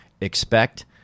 expect